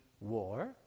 war